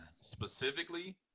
specifically